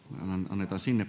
annetaan sinne